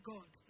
God